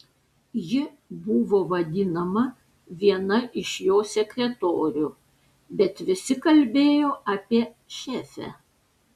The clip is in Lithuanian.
ji buvo vadinama viena iš jo sekretorių bet visi kalbėjo apie šefę